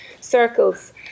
Circles